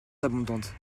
abondantes